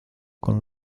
con